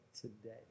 today